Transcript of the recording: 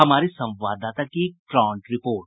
हमारे संवाददाता की ग्राउंड रिपोर्ट